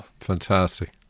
Fantastic